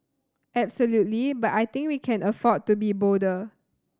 absolutely but I think we can afford to be bolder